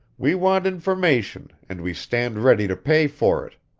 we want information and we stand ready to pay for it.